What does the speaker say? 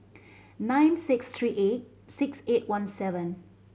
nine six three eight six eight one seven